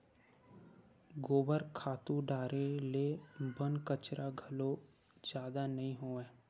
गोबर खातू डारे ले बन कचरा घलो जादा नइ होवय